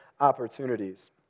opportunities